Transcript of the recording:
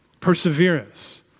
Perseverance